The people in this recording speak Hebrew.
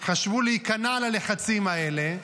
חשבו להיכנע ללחצים האלה.